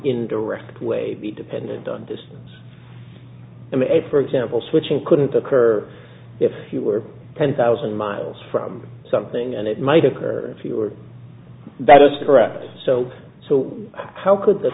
indirect way be dependent on distance a for example switching couldn't occur if you were ten thousand miles from something and it might occur if you were that is the correct so so how could the